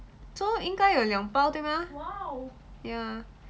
so 应该有两包对吗 ya